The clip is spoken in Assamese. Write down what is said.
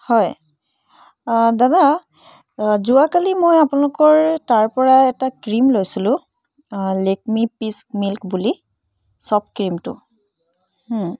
হয় দাদা যোৱাকালি মই আপোনালোকৰে তাৰ পৰা এটা ক্ৰীম লৈছিলোঁ লেকমি পিচ মিল্ক বুলি ছফ্ট ক্ৰীমটো